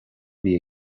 bhí